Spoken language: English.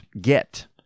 get